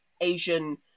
Asian